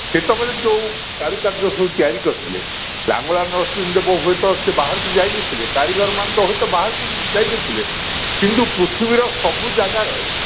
ସେତେବେଳେ ଯୋଉ କାରୁକାର୍ଯ୍ୟ ସବୁ ତିଆରି କରିଥିଲେ ଲାଙ୍ଗୁଳାନରସିଂହ ଦେବ ହୁଏତ ସେ ବାହାରୁକୁ ଯାଇନଥିଲେ କାରିଗର ମାନେ ହୁଏତ ବାହାରକୁ ଯାଇନଥିଲେ କିନ୍ତୁ ପୃଥିବୀର ସବୁ ଜାଗାର